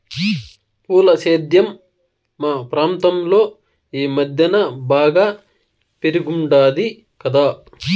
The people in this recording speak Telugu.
పూల సేద్యం మా ప్రాంతంలో ఈ మద్దెన బాగా పెరిగుండాది కదా